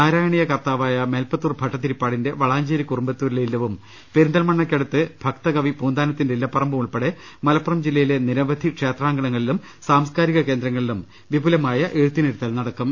നാരായണീയ കർത്താവായ മേൽപ്പത്തൂർ ഭട്ടതിരിപ്പാടിന്റെ വളാഞ്ചേരി കുറുമ്പത്തൂരിലെ ഇല്ലവും പെരിന്തൽമണ്ണക്കടുത്ത് ഭക്തകവി പൂന്താനത്തിന്റെ ഇല്ലപറമ്പും ഉൾപ്പെടെ മലപ്പുറം ജില്ലയിലെ നിരവധി ക്ഷേത്രാങ്കണങ്ങളിലും സാംസ്കാരിക കേന്ദ്രങ്ങളിലും വിപുലമായ എഴുത്തിനിരുത്തൽ നടക്കും